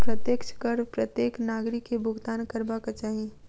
प्रत्यक्ष कर प्रत्येक नागरिक के भुगतान करबाक चाही